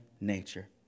nature